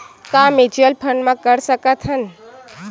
का mutual fund म कर सकत हन?